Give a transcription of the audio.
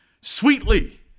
sweetly